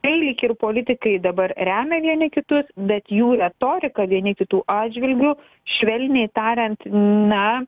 tai lyg ir politikai dabar remia vieni kitus bet jų retorika vieni kitų atžvilgiu švelniai tariant na